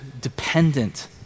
dependent